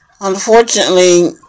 Unfortunately